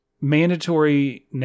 mandatory